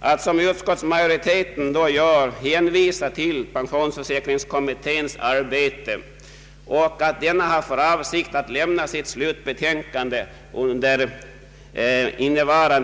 Att, som utskottsmajoriteten gör, hänvisa till att pensionsförsäkringskommittén har för avsikt att lämna sitt slut betänkande